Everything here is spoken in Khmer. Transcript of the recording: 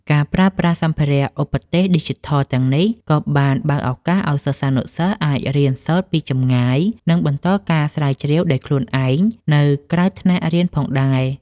ការប្រើប្រាស់សម្ភារ:ឧបទេសឌីជីថលទាំងនេះ ក៏បានបើកឱកាសឱ្យសិស្សានុសិស្សអាចរៀនសូត្រពីចម្ងាយ និងបន្តការស្រាវជ្រាវដោយខ្លួនឯងនៅក្រៅថ្នាក់រៀនផងដែរ។